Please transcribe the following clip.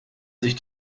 sich